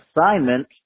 assignment